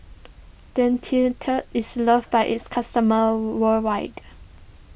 Dentiste is loved by its customers worldwide